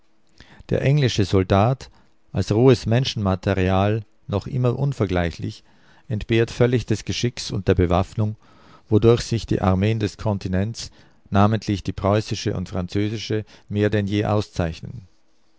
der englische soldat als rohes menschenmaterial noch immer unvergleichlich entbehrt völlig des geschicks und der bewaffnung wodurch sich die armeen des kontinents namentlich die preußische und französische mehr denn je auszeichnen